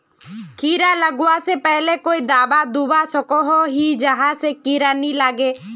कीड़ा लगवा से पहले कोई दाबा दुबा सकोहो ही जहा से कीड़ा नी लागे?